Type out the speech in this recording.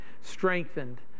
strengthened